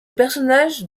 personnages